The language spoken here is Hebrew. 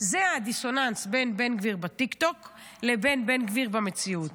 זה הדיסוננס בין בן גביר בטיקטוק לבין בן גביר במציאות.